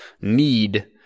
need